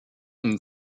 une